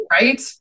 right